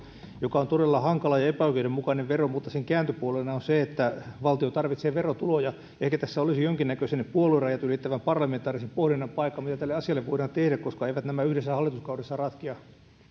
joka on todella hankala ja epäoikeudenmukainen vero mutta sen kääntöpuolena on se että valtio tarvitsee verotuloja ehkä tässä olisi jonkinnäköisen puoluerajat ylittävän parlamentaarisen pohdinnan paikka mitä tälle asialle voidaan tehdä koska eivät nämä yhdessä hallituskaudessa ratkea